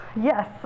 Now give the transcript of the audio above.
yes